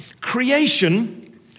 creation